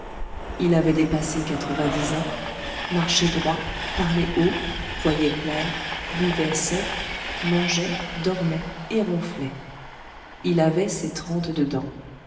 il avait dépassé quatre-vingt-dix ans marchait droit parlait haut voyait clair buvait sec mangeait dormait et ronflait il avait ses trente-deux dents